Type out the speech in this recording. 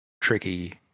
tricky